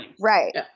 Right